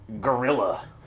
gorilla